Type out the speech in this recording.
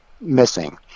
missing